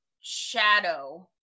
shadow